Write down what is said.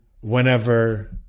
whenever